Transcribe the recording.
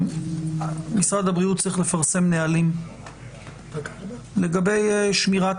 משרד הבריאות צריך לפרסם נהלים לגבי שמירת